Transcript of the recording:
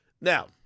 Now